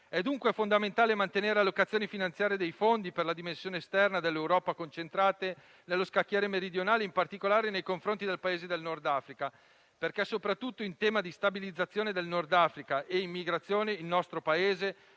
È dunque fondamentale mantenere le allocazioni finanziarie dei fondi per la dimensione esterna dell'Europa concentrate nello scacchiere meridionale, in particolare nei confronti dei Paesi del Nord Africa, perché soprattutto in tema di stabilizzazione del Nord Africa e immigrazione il nostro Paese